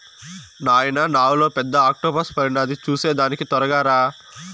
నాయనా నావలో పెద్ద ఆక్టోపస్ పడినాది చూసేదానికి తొరగా రా